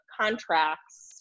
contracts